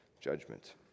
judgment